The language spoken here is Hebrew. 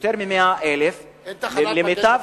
יותר מ-100,000, ולמיטב,